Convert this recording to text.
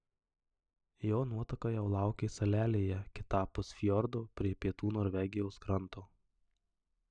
jo nuotaka jau laukė salelėje kitapus fjordo prie pietų norvegijos kranto